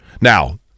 Now